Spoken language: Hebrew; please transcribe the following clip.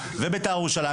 ובית"ר ירושלים.